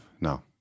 No